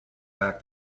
back